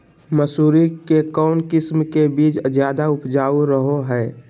मसूरी के कौन किस्म के बीच ज्यादा उपजाऊ रहो हय?